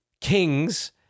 kings